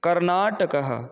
कर्नाटकः